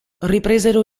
ripresero